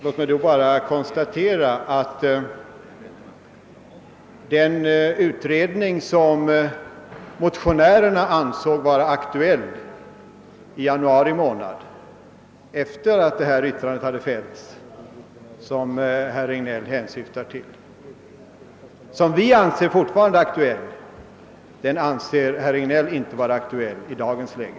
Låg mig då bara konstatera att den utredning, som motionärerna ansåg vara aktuell i januari efter det att detta av herr Regnéll åberopade yttrande fällts och som vi fortfarande anser vara aktuell, av herr Regnéll inte anses vara aktuell i dagens läge.